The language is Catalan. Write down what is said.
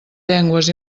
llengües